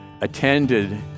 attended